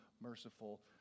merciful